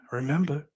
remember